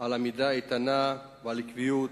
על עמידה איתנה ועל עקביות.